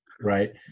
right